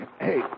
Hey